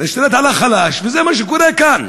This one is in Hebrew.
ושולט על החלש, וזה מה שקורה כאן.